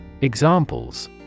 Examples